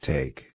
Take